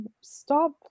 stop